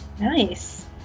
Nice